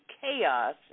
chaos